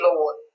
Lord